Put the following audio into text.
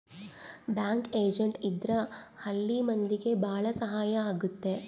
bank agent ಇದ್ರ ಹಳ್ಳಿ ಮಂದಿಗೆ ಭಾಳ ಸಹಾಯ ಆಗುತ್ತೆ